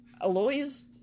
Aloys